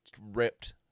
ripped